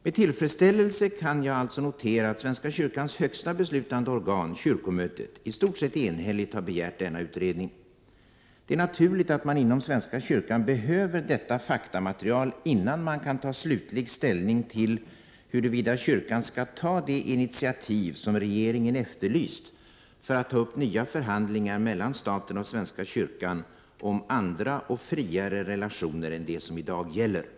Med tillfredsställelse kan jag notera att svenska kyrkans högsta beslutande 58 organ, kyrkomötet, i stort sett enhälligt har begärt denna utredning. Det är naturligt att man inom svenska kyrkan behöver detta faktamaterial innan Prot. 1988/89:52 man kan ta slutlig ställning till huruvida kyrkan skall ta det initiativ som 18 januari 1989 regeringen efterlyst för att ta upp nya förhandlingar mellan staten och Om förhållandet mel svenska kyrkan om andra och friare relationer än de som i dag gäller. Lgr å .